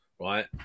right